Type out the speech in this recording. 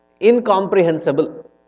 incomprehensible